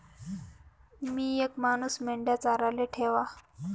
मी येक मानूस मेंढया चाराले ठेवा